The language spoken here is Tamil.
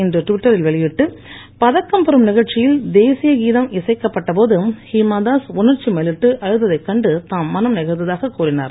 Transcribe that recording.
இன்று ட்விட்டரில் வெளியிட்டு பதக்கம் பெறும் நிகழ்ச்சியில் தேசிய கீதம் இசைக்கப்பட்ட போது ஹீமாதாஸ் உணர்ச்சி மேலிட்டு அழுததைக் கண்டு தாம் மனம் நெகிழ்ந்ததாகக் கூறினார்